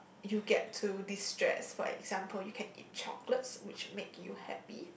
you get to destress for example you can eat chocolates which make you happy